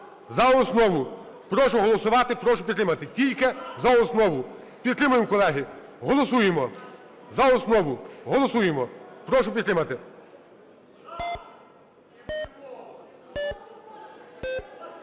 За основу прошу голосувати. Прошу підтримати. Тільки за основу. Підтримаємо, колеги. Голосуємо за основу. Голосуємо. Прошу підтримати.